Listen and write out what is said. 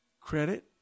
credit